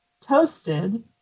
toasted